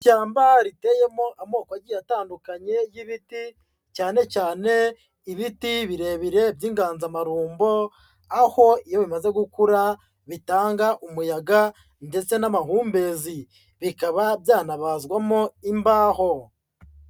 Ishyamba riteyemo amoko atandukanye y'ibiti cyane cyane ibiti birebire by'inganzamarumbo aho iyo bimaze gukura bitanga umuyaga ndetse n'amahumbezi, bikaba byanabazwamo imbaho.